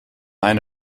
eine